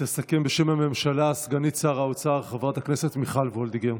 תסכם בשם הממשלה סגנית שר האוצר חברת הכנסת מיכל וולדיגר.